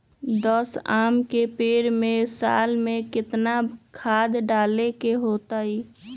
दस आम के पेड़ में साल में केतना खाद्य डाले के होई?